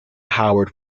howard